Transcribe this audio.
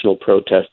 protests